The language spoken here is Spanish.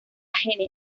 gene